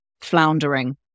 floundering